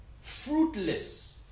fruitless